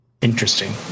Interesting